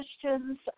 questions